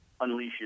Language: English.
unleashes